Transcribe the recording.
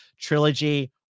trilogy